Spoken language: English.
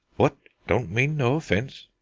what? don't mean no offence?